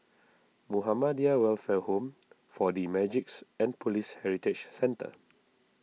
Muhammadiyah Welfare Home four D Magix and Police Heritage Centre